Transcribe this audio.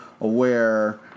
aware